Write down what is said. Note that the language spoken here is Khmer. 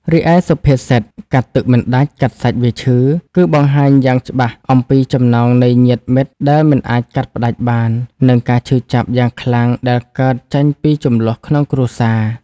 រីឯសុភាសិត កាត់ទឹកមិនដាច់ កាត់សាច់វាឈឺ គឺបង្ហាញយ៉ាងច្បាស់អំពីចំណងនៃញាតិមិត្តដែលមិនអាចកាត់ផ្តាច់បាន និងការឈឺចាប់យ៉ាងខ្លាំងដែលកើតចេញពីជម្លោះក្នុងគ្រួសារ។